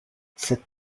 cette